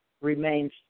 remains